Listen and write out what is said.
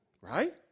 Right